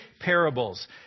parables